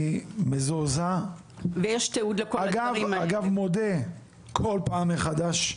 אני מזועזע, אגב, מודה, כל פעם מחדש,